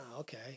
okay